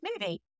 movie